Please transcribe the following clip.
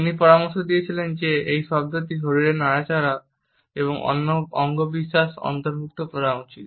তিনি পরামর্শ দিয়েছিলেন যে এই শব্দটি শরীরের নড়াচড়া এবং অঙ্গবিন্যাস অন্তর্ভুক্ত করা উচিত